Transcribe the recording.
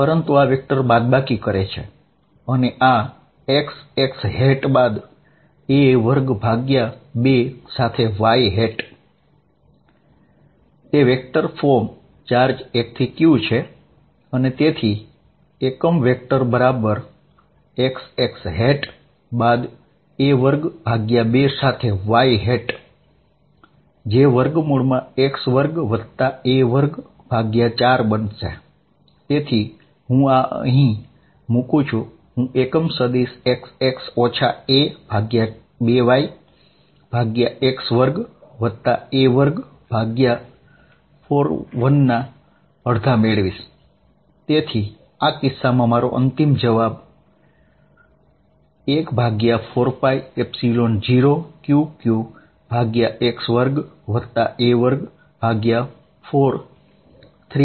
આ vector charge 1 થી q નો છે તેથી તેનો unit vector xx a2 yx2a24 થશે